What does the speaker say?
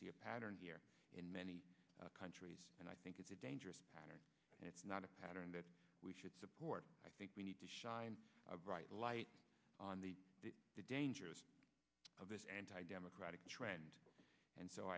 see a pattern here in many countries and i think it's a dangerous pattern and it's not a pattern that we should support i think we need to shine a bright light on the dangers of this anti democratic trend and so